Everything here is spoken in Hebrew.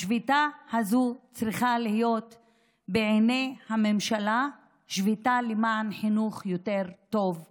השביתה הזו צריכה להיות בעיני הממשלה שביתה למען חינוך יותר טוב לילדים.